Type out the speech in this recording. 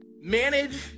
manage